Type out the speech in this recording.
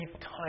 time